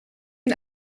een